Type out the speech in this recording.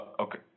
okay